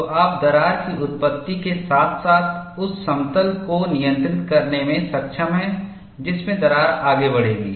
तो आप दरार की उत्पत्ति के साथ साथ उस समतल को नियंत्रित करने में सक्षम हैं जिसमें दरार आगे बढ़ेगी